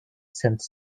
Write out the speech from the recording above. sends